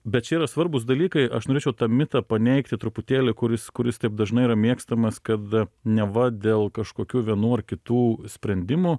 bet čia yra svarbūs dalykai aš norėčiau tą mitą paneigti truputėlį kuris kuris taip dažnai yra mėgstamas kad neva dėl kažkokių vienų ar kitų sprendimų